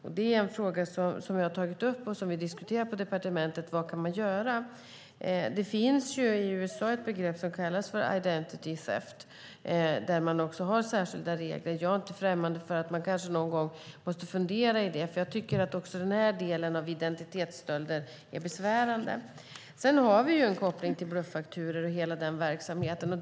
Detta är en fråga som jag har tagit upp och som vi diskuterar på departementet. Vad kan vi göra åt detta? I USA finns ett begrepp som kallas för identity theft. Man har också särskilda regler för detta. Jag är inte främmande för att man kanske någon gång måste fundera på detta, för jag tycker att också denna del av identitetsstölder är besvärande. Vi har en koppling till bluffakturor och hela denna verksamhet.